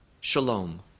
Shalom